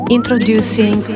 Introducing